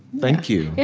thank you yeah